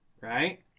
Right